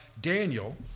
Daniel